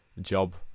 job